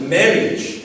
marriage